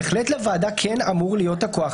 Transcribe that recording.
בהחלט לוועדה כן אמור להיות הכוח.